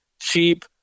cheap